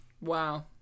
Wow